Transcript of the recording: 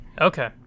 Okay